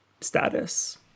status